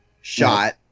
shot